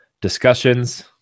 discussions